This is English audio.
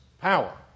power